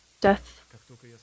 death